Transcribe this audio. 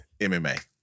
MMA